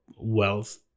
wealth